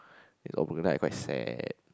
its all broken then I quite sad